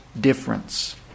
difference